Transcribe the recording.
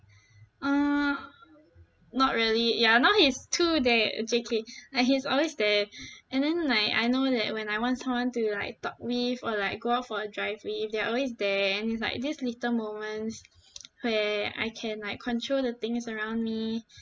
uh not really ya now he is too there J_K like he's always there and then like I know that when I want someone to like talk with or like go out for a drive with they're always there and it's like these little moments where I can like control the things around me